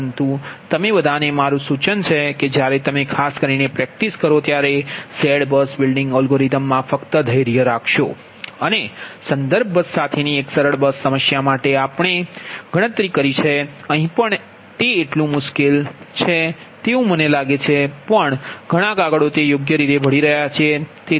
પરંતુ તમે બધાને મારું સૂચન છે જ્યારે તમે ખાસ કરીને પ્રેક્ટિસ કરશો ત્યારે ZBUS બિલ્ડિંગ એલ્ગોરિધમ મા ફક્ત ધૈર્ય રાખશો અને સંદર્ભ બસ સાથેની એક સરળ બસ સમસ્યા માટે આપણે ગણતરી કરી છે અહીં પણ તે કેટલું મુશ્કેલ છે તેવું મને લાગે પણ છે ઘણા કાગળો તે યોગ્ય રીતે ભળી રહ્યા છે